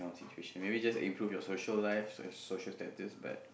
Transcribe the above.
situation maybe just improve your social life or your social status but